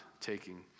taking